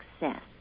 success